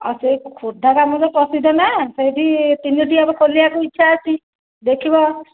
ଆଉ ସେଇ ଖୋର୍ଦ୍ଧା ଗାମୁଛା ପ୍ରସିଦ୍ଧ ନା ସେଇଠି ତିନୋଟି ଆମର ଖୋଲିବା ପାଇଁ ଇଚ୍ଛା ଅଛି ଦେଖିବା